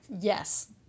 yes